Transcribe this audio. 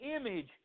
image